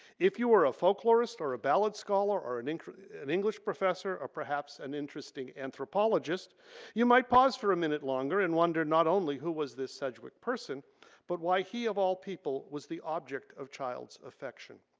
if you were a folklorist or a ballad scholar or an english an english professor or perhaps an interested anthropologist you might pause for a minute longer and wonder not only who was this sedgwick person but why he of all people was the object of child's affection.